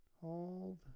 Hold